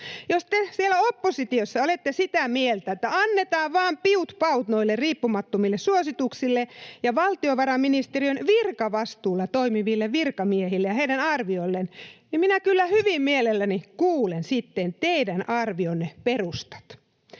Jos te siellä oppositiossa olette sitä mieltä, että annetaan vaan piut paut noille riippumattomille suosituksille ja valtiovarainministeriön virkavastuulla toimiville virkamiehille ja heidän arvioilleen, niin minä kyllä hyvin mielelläni kuulen sitten teidän arvionne perustat.